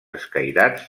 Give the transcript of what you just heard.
escairats